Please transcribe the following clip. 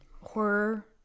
horror